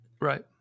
Right